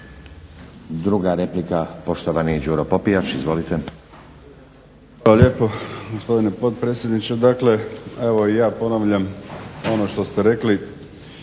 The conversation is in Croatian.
Druga replika poštovani Đuro Popijač. Izvolite. **Popijač, Đuro (HDZ)** Hvala lijepo gospodine potpredsjedniče. Dakle evo i ja ponavljam ono što ste rekli